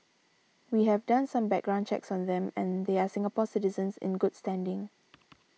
we have done some background checks on them and they are Singapore citizens in good standing